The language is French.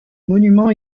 monument